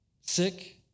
sick